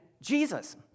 Jesus